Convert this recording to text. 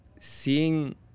seeing